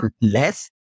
less